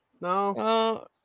No